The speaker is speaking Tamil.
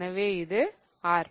எனவே இது R